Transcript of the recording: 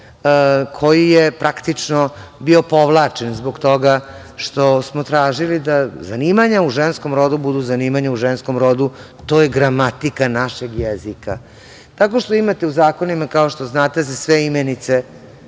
koji je praktično bio povlačen zbog toga što smo tražili da zanimanja u ženskom rodu budu zanimanja u ženskom rodu. To je gramatika našeg jezika. Tako što imate u zakonima, kao što znate, za sve imenice